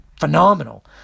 Phenomenal